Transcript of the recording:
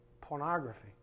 pornography